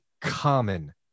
common